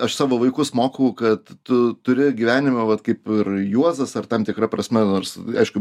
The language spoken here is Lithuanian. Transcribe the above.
aš savo vaikus mokau kad tu turi gyvenime vat kaip ir juozas ar tam tikra prasme nors aišku